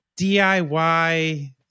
DIY